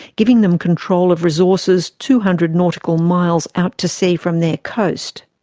giving them control of resources two hundred nautical miles out to sea from their coast.